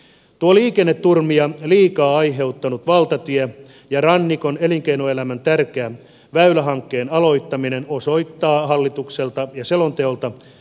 tuo liikenneturmia liikaa aiheuttanut valtavia ja rannikon elinkeinoelämän kannalta tärkeän väylähankkeen aloittaminen tuolla liikenneturmia liikaa aiheuttaneella valtatiellä osoittaa hallitukselta ja selonteolta vastuullista liikennepolitiikkaa